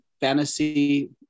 fantasy